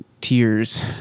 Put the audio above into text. tears